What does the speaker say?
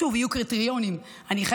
שוב יהיו קריטריונים.